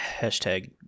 Hashtag